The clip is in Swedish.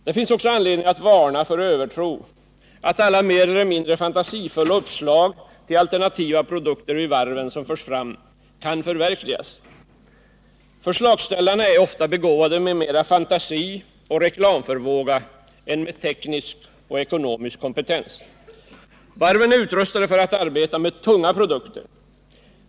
Det finns också anledning att varna för en övertro på att alla mer eller mindre fantasifulla uppslag till alternativa produkter vid varven som förs fram kan förverkligas. Förslagsställarna är ofta begåvade med mer fantasi och reklamförmåga än med teknisk och ekonomisk kompetens. Varven är utrustade för att arbeta med tunga produkter.